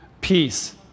Peace